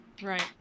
Right